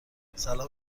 سلام